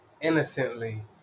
innocently